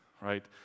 right